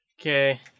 okay